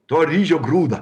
to ryžio grūdą